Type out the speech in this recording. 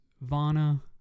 Vana